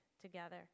together